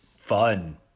fun